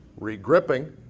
Regripping